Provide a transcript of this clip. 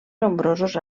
nombrosos